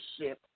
ship